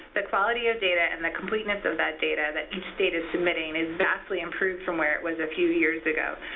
the quality of data and the completeness of that data that each state is submitting is vastly improved from where it was a few years ago,